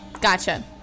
Gotcha